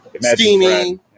steaming